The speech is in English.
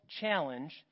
challenge